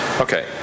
Okay